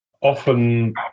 often